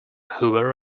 hoover